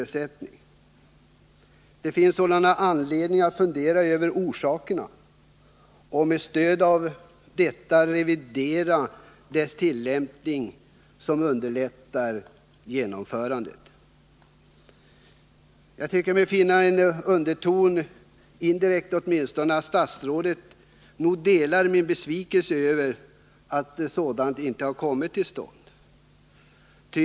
Det finns anledning att fundera över orsakerna till detta och med stöd av vad man därvid kommer fram till revidera lagens tillämpning så att bildandet av vattenförbund underlättas. Jag tycker mig finna en underton i svaret — indirekt åtminstone — som visar att statsrådet delar min besvikelse över att vattenförbund inte har bildats.